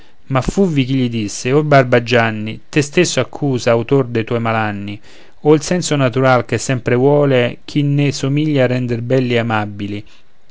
ma fuvvi chi gli disse o barbagianni te stesso accusa autor de tuoi malanni o il senso natural che sempre vuole chi ne somiglia render belli e amabili